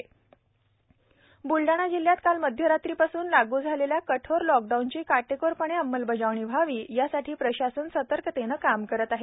lockdown Buldhana जिल्ह्यात काल मध्यरात्रीपासून लागू झालेल्या कठोर लॉकडाऊनची काटेकोरपणे अंबलबजावणी व्हावी यासाठी प्रशासन सतर्कतेनं काम करत आहे